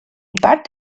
bad